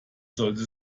sollte